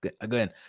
Again